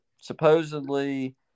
supposedly